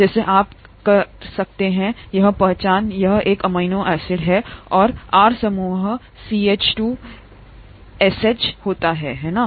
जैसे आप कर सकते हैं यहाँ पहचान यह एक एमिनो एसिड है और आर समूह सीएच2एसएचहोता है है ना